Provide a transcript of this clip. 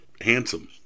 handsome